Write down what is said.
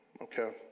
Okay